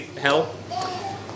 hell